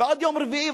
ועד יום רביעי,